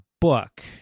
book